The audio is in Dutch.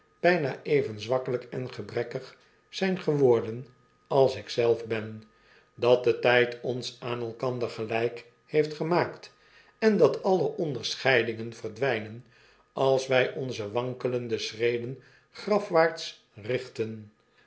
byna even zwakkelp en gebrekkig zjn geworden als ik zelf ben dat de tijd ons aan elkander gelijk heeft gemaakt en dat alle onderscheidingen verdwpen als wj onze wankelende schreden grafwaarts richten